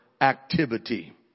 activity